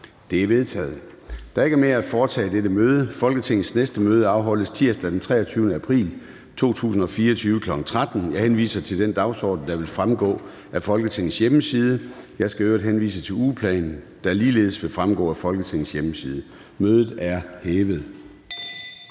Der er ikke mere at foretage i dette møde. Folketingets næste møde afholdes tirsdag den 23. april 2024, kl. 13.00. Jeg henviser til den dagsorden, der vil fremgå af Folketingets hjemmeside. Jeg skal i øvrigt henvise til ugeplanen, der ligeledes vil fremgå af Folketingets hjemmeside. Mødet er hævet.